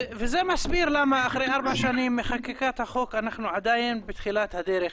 זה מסביר למה אחרי ארבע שנים מחקיקת החוק אנחנו עדיין בתחילת הדרך.